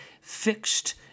fixed